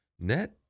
net